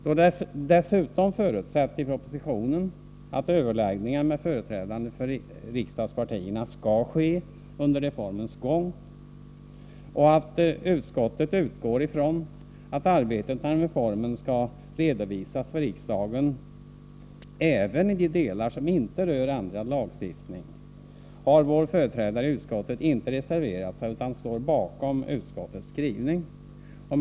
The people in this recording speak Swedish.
Då det dessutom i propositionen förutsätts att överläggningar med företrädare för riksdagspartierna skall ske under reformens gång och utskottet utgår från att arbetet med reformen skall redovisas för riksdagen även i de delar som inte rör ändrad lagstiftning, har vår företrädare i utskottet inte reserverat sig utan står bakom utskottets skrivning. Herr talman!